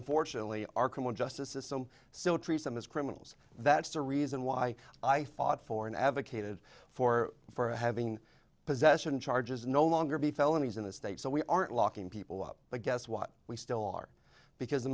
unfortunately our criminal justice system still treats them as criminals that's the reason why i thought for an advocated for for having possession charges no longer be felonies in the state so we aren't locking people up but guess what we still are because the